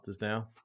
now